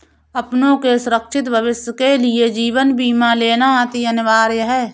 अपनों के सुरक्षित भविष्य के लिए जीवन बीमा लेना अति अनिवार्य है